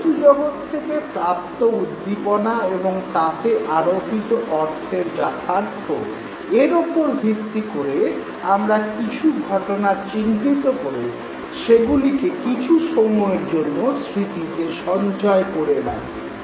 বস্তুজগৎ থেকে প্রাপ্ত উদ্দীপনা এবং তাতে আরোপিত অর্থের যাথার্থ এর ওপর ভিত্তি করে আমরা কিছু ঘটনা চিহ্নিত করে সেগুলিকে কিছু সময়ের জন্য স্মৃতিতে সঞ্চয় করে রাখি